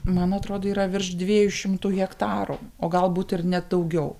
man atrodo yra virš dviejų šimtų hektarų o galbūt ir net daugiau